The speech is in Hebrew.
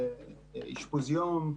באשפוז יום.